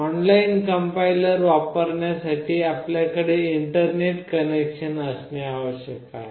online compiler वापरण्यासाठी आपल्याकडे internet connection आवश्यक आहे